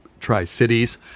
Tri-Cities